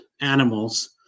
animals